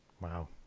Wow